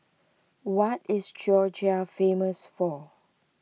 what is Georgia famous for